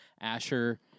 Asher